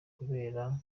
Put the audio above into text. kubera